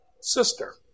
sister